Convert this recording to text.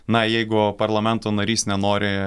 na jeigu parlamento narys nenori